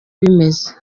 bimeze